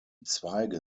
zweige